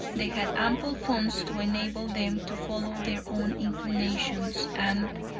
they had ample funds to enable them to follow their own inclinations, and,